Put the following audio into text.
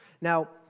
Now